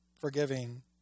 forgiving